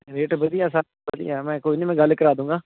rate ਵਧੀਆ ਸਭ ਵਧੀਆ ਮੈਂ ਕੋਈ ਨਾ ਮੈਂ ਗੱਲ ਕਰਾ ਦੁੰਗਾ